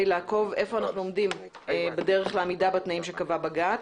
לעקוב איפה אנחנו עומדים בתנאים שקבע בג"ץ.